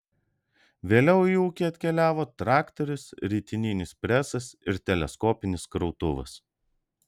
vėliau į ūkį atkeliavo traktorius ritininis presas ir teleskopinis krautuvas